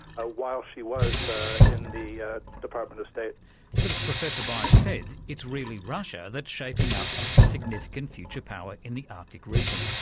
ah while she was in the ah department of state. but as professor byers said, it's really russia that's shaping up as the significant future power in the arctic region,